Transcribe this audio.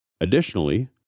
Additionally